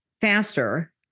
faster